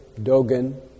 Dogen